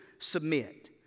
submit